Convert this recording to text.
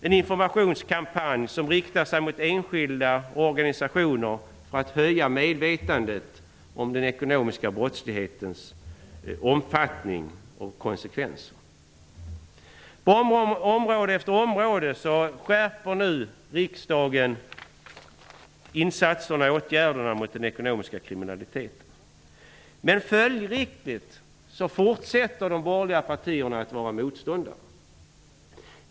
En informationskampanj skall riktas mot enskilda och organisationer för att höja medvetandet om den ekonomiska brottslighetens omfattning och konsekvenser. På område efter område skärper nu riksdagen åtgärderna för att bekämpa den ekonomiska kriminaliteten. Men följdriktigt fortsätter de borgerliga partierna att vara motståndare.